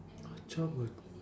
childhood